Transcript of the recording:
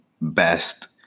best